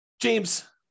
James